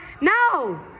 No